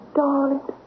darling